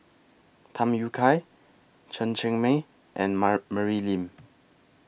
Tham Yui Kai Chen Cheng Mei and Mary Lim